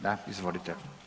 Da, izvolite.